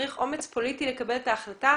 צריך אומץ פוליטי לקבל את ההחלטה.